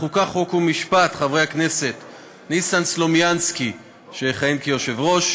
תודה, כבוד היושב-ראש,